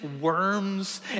worms